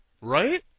Right